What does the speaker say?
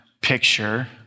picture